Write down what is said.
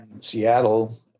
Seattle